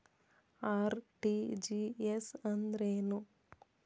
RTGS ಅಂದ್ರೇನು?